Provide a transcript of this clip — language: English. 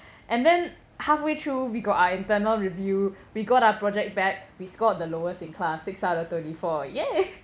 and then halfway through we go our internal review we got our project back we scored the lowest in class six out of twenty-four !yay!